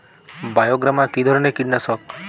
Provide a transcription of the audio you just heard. বায়োগ্রামা কিধরনের কীটনাশক?